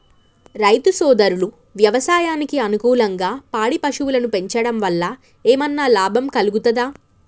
రైతు సోదరులు వ్యవసాయానికి అనుకూలంగా పాడి పశువులను పెంచడం వల్ల ఏమన్నా లాభం కలుగుతదా?